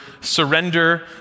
surrender